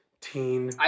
teen